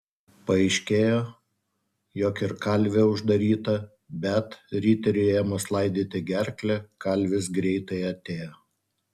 paaiškėjo jog ir kalvė uždaryta bet riteriui ėmus laidyti gerklę kalvis greitai atėjo